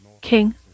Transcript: King